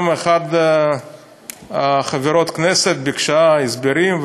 גם אחת מחברות הכנסת ביקשה הסברים,